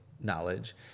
knowledge